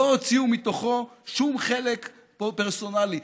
לא הוציאו מתוכו שום חלק פרסונלי.